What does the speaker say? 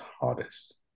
hardest